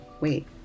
wait